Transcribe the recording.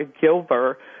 Gilbert